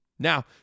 Now